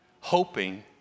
hoping